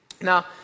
Now